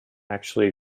actually